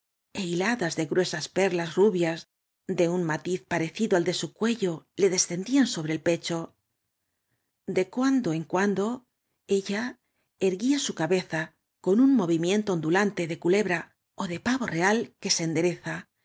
é hiladas de gruesas perlas rabias de uo matiz parecido al de su cuello le descendían sobre el pecho de cuando en cuaudo ella erguía su cabeza con un movimiento ondalante de culebra ó de pavo rfal que se endereza é